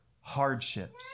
hardships